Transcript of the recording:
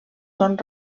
són